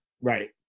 Right